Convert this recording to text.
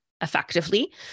effectively